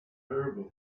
her